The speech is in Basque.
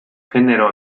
genero